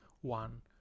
one